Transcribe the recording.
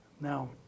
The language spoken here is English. Now